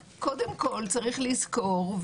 קודם כול צריך לזכור,